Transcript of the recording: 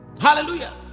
Hallelujah